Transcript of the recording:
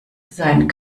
sein